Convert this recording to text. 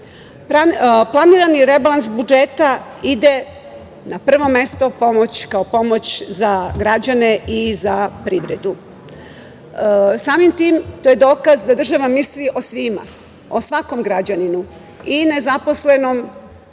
rebalans budžeta ide na prvo mesto kao pomoć za građane i za privredu. Samim tim, to je dokaz da država misli o svima, o svakom građaninu i nezaposlenom,